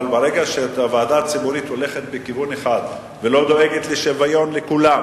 אבל ברגע שהוועדה הציבורית הולכת בכיוון אחד ולא דואגת לשוויון לכולם,